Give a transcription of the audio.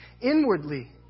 inwardly